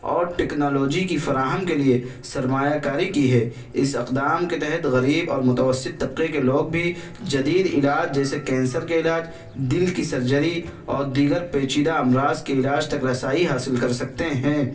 اور ٹکنالوجی کی فراہم کے لیے سرمایہ کاری کی ہے اس اقدام کے تحت غریب اور متوسط طبقے کے لوگ بھی جدید علاج جیسے کینسر کے علاج دل کی سرجری اور دیگر پیچیدہ امراض کے علاج تک رسائی حاصل کر سکتے ہیں